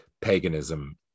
paganism